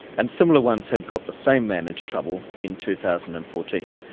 and similar ones had got the same man into trouble in two thousand and fourteen.